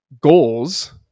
goals